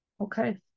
Okay